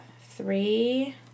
three